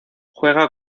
juega